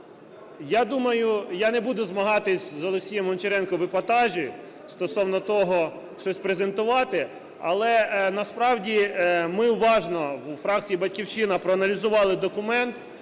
колеги! Я не буду змагатись з Олексієм Гончаренко в епатажі стосовно того, щось презентувати, але насправді ми уважно у фракції "Батьківщина" проаналізували документ,